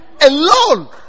alone